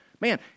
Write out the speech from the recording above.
Man